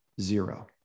zero